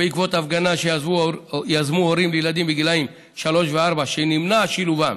ובעקבות הפגנה שיזמו הורים לילדים בגילי שלוש וארבע שנמנע שילובם